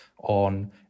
on